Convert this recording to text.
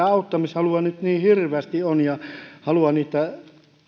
auttamishalua nyt niin hirveästi on ja halua niitä